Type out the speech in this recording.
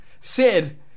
Sid